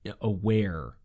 aware